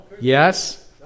Yes